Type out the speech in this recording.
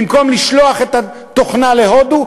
במקום לשלוח את התוכנה להודו,